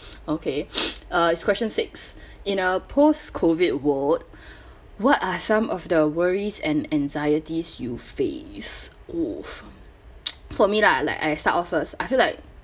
okay uh it's question six in a post COVID world what are some of the worries and anxieties you face oo for me lah like I start off first I feel like